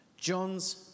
John's